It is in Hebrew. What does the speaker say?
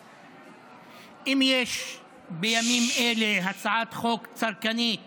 אם יש בימים אלה הצעת חוק צרכנית